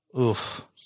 Oof